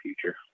future